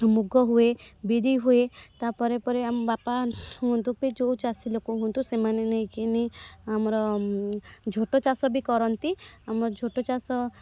ମୁଗ ହୁଏ ବିରି ହୁଏ ତା'ପରେ ପରେ ଆମ ବାପା ହୁଅନ୍ତୁ କି ଯେଉଁ ଚାଷୀ ଲୋକ ହୁଅନ୍ତୁ ସେମାନେ ନେଇକରି ଆମର ଝୋଟ ଚାଷ ବି କରନ୍ତି ଆମ ଝୋଟ ଚାଷ